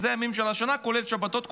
הימים של השנה כולל שבתות,